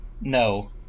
no